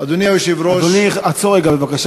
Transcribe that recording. אדוני היושב-ראש, אדוני, עצור רגע בבקשה.